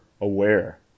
aware